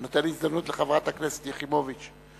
הוא נותן הזדמנות לחברת הכנסת יחימוביץ.